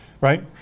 right